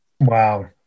Wow